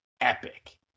epic